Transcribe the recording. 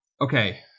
Okay